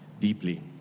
deeply